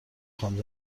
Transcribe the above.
خوام